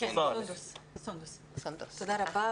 תודה רבה.